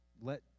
let